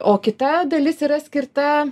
o kita dalis yra skirta